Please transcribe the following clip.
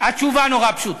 התשובה נורא פשוטה.